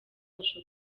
abasha